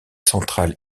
centrales